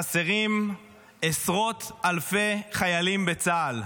חסרים עשרות אלפי חיילים בצה"ל.